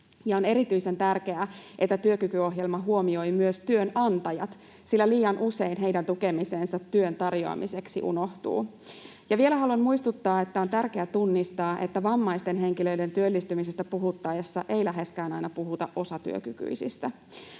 On erityisen tärkeää, että työkykyohjelma huomioi myös työnantajat, sillä liian usein heidän tukemisensa työn tarjoamiseksi unohtuu. Vielä haluan muistuttaa, että on tärkeä tunnistaa, että vammaisten henkilöiden työllistymisestä puhuttaessa ei läheskään aina puhuta osatyökykyisistä.